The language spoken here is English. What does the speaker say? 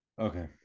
Okay